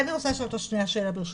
אני רוצה לשאול אותו שנייה שאלה, ברשותך.